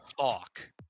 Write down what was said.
talk